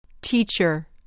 Teacher